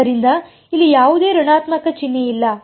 ಆದ್ದರಿಂದ ಇಲ್ಲಿ ಯಾವುದೇ ಋಣಾತ್ಮಕ ಚಿಹ್ನೆ ಇಲ್ಲ